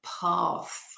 path